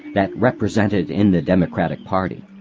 that represented in the democratic party,